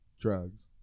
Drugs